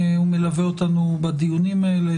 הוא מלווה אותנו בדיונים האלה,